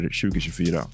2024